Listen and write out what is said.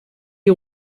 die